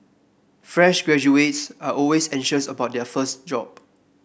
fresh graduates are always anxious about their first job